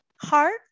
heart